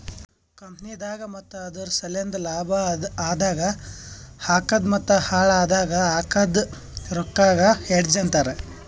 ಕಂಪನಿದಾಗ್ ಮತ್ತ ಅದುರ್ ಸಲೆಂದ್ ಲಾಭ ಆದಾಗ್ ಹಾಕದ್ ಮತ್ತ ಹಾಳ್ ಆದಾಗ್ ಹಾಕದ್ ರೊಕ್ಕಾಗ ಹೆಡ್ಜ್ ಅಂತರ್